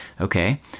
Okay